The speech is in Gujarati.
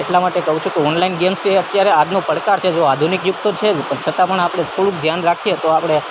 એટલા માટે કહું છું કે ઓનલાઈન ગેમ્સ એ અત્યારે આજનો પડકાર છે જો આધુનિક યુગ તો છે જ પણ છતાં પણ આપણે થોડુંક ધ્યાન રાખીએ તો આપણે